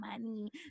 money